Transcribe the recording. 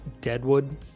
Deadwood